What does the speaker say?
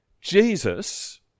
Jesus